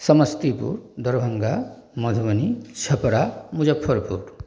Samastipur Darbhanga Madhubani Chhapra Muzaffarpur